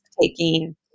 taking